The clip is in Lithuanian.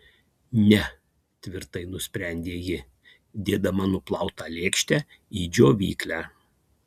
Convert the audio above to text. ne tvirtai nusprendė ji dėdama nuplautą lėkštę į džiovyklę